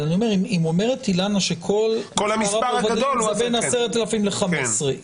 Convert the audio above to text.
אבל אם אומרת אילנה שכל המספר זה בין 10,000 ל-15,000,